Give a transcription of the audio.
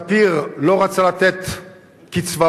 ספיר לא רצה לתת קצבאות.